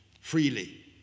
freely